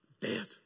Dead